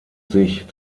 sich